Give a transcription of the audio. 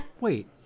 Wait